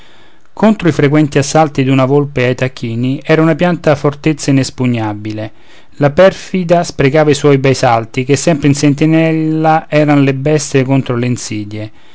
contro i frequenti assalti d'una volpe ai tacchini era una pianta fortezza inespugnabile la perfida sprecava i suoi bei salti che sempre in sentinella eran le bestie contro le insidie